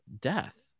death